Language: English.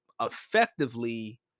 effectively